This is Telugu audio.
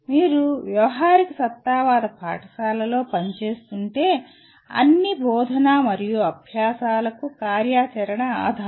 మీరు వ్యావహారికసత్తావాద పాఠశాలలో పనిచేస్తుంటే అన్ని బోధన మరియు అభ్యాసాలకు కార్యాచరణ ఆధారం